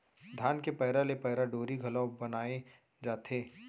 धान के पैरा ले पैरा डोरी घलौ बनाए जाथे